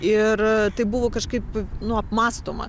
ir tai buvo kažkaip nu apmąstoma